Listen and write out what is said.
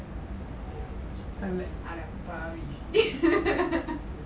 பண்ணல அடப்பாவி:panala adapaavi